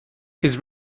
his